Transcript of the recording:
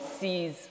sees